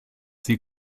sie